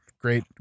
Great